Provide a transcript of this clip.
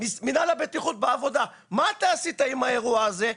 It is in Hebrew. מנהל הבטיחות בעבודה, מה אתה עשית עם האירוע הזה?